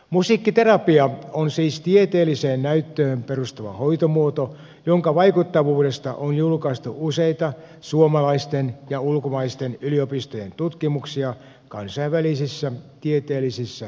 musiikkiterapia on siis tieteelliseen näyttöön perustuva hoitomuoto jonka vaikuttavuudesta on julkaistu useita suomalaisten ja ulkomaisten yliopistojen tutkimuksia kansainvälisissä tieteellisissä julkaisuissa